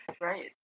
Right